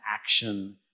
action